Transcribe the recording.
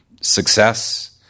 success